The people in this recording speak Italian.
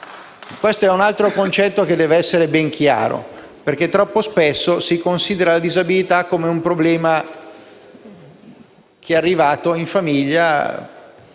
Questo è un altro concetto che deve essere ben chiaro, perché troppo spesso si considera la disabilità come un problema arrivato in famiglia